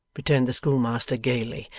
returned the schoolmaster gaily,